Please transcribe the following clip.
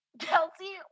Kelsey